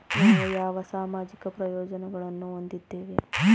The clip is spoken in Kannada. ನಾವು ಯಾವ ಸಾಮಾಜಿಕ ಪ್ರಯೋಜನಗಳನ್ನು ಹೊಂದಿದ್ದೇವೆ?